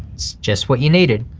it's just what you needed.